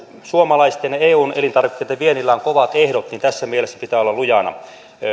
suomalaisten ja eun elintarvikkeitten viennillä on kovat ehdot niin tässä mielessä pitää olla lujana